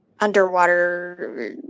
underwater